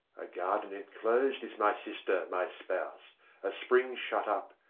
a garden inclosed is my sister, my spouse a spring shut up,